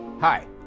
Hi